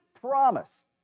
promise